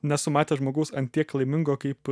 nesu matęs žmogaus an tiek laimingo kaip